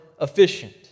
efficient